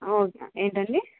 ఆ ఓకే ఏంటండి